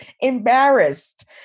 embarrassed